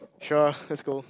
sure let's go